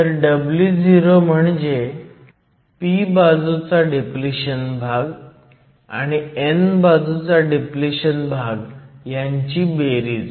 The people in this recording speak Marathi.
तर Wo म्हणजे p बाजूचा डिप्लिशन भाग आणि n बाजूचा डिप्लिशन भाग ह्यांची बेरीज